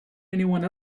anyone